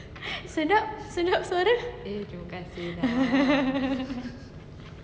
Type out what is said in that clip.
sedap sedap suara